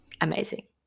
Amazing